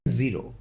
zero